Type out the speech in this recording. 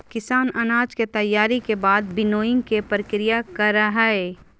किसान अनाज के तैयारी के बाद विनोइंग के प्रक्रिया करई हई